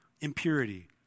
impurity